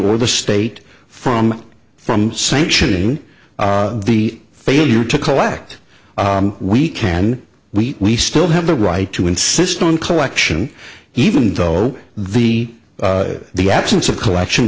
or the state from from sanctioning the failure to collect we can we still have the right to insist on collection even though the the absence of collection